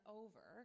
over